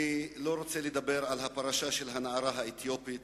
אני לא רוצה לדבר על הפרשה של הנערה האתיופית